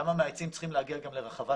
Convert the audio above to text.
כמה מהעצים צריכים להגיע גם לרחבת